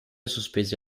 sospese